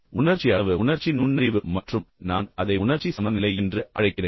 உணர்ச்சி அளவு உணர்ச்சி நுண்ணறிவு மற்றும் நான் அதை உணர்ச்சி சமநிலை என்று அழைக்கிறேன்